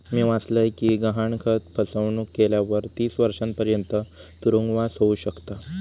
मी वाचलय कि गहाणखत फसवणुक केल्यावर तीस वर्षांपर्यंत तुरुंगवास होउ शकता